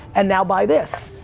and now buy this,